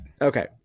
Okay